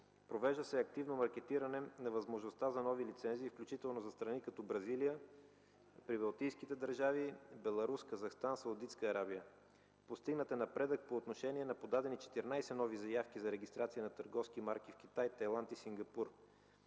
Провежда се активно маркетиране на възможността за нови лицензии, включително за страни като Бразилия, прибалтийските държави – Беларус, Казахстан, Саудитска Арабия. Постигнат е напредък по отношение на подадени 14 нови заявки за регистрация на търговски марки в Китай, Тайланд и Сингапур.